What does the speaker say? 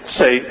say